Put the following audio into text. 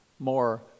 more